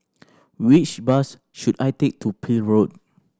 which bus should I take to Peel Road